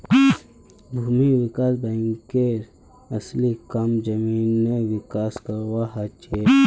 भूमि विकास बैंकेर असली काम जमीनेर विकास करवार हछेक